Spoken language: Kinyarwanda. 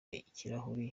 ikirahuri